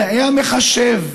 מדעי המחשב,